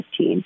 2015